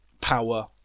power